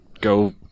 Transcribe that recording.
go